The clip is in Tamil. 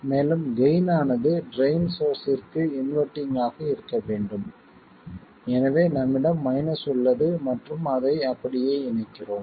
மேலும் கெய்ன் ஆனது ட்ரைன் சோர்ஸ்ஸிற்கு இன்வெர்ட்டிங் ஆக இருக்க வேண்டும் எனவே நம்மிடம் மைனஸ் உள்ளது மற்றும் அதை அப்படியே இணைக்கிறோம்